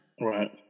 Right